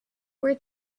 were